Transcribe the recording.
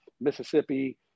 Mississippi